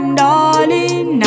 darling